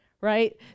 right